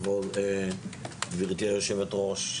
כבוד גברתי היושבת-ראש,